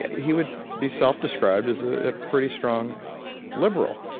he would be self-described as a pretty strong liberal.